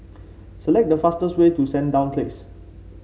select the fastest way to Sandown Place